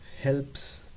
helps